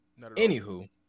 Anywho